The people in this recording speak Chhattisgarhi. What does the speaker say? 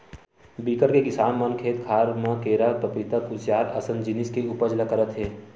बिकट के किसान मन खेत खार म केरा, पपिता, खुसियार असन जिनिस के उपज ल करत हे